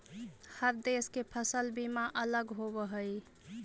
हर देश के फसल बीमा अलग होवऽ हइ